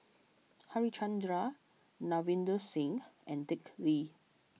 Harichandra Ravinder Singh and Dick Lee